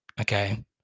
okay